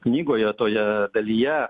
knygoje toje dalyje